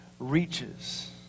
reaches